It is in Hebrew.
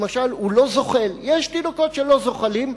למשל יש תינוקות שלא זוחלים,